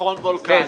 מכון וולקני.